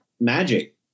magic